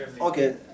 Okay